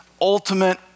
ultimate